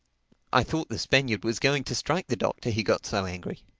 i thought the spaniard was going to strike the doctor he got so angry.